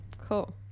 Cool